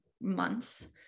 months